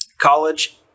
College